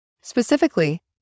Specifically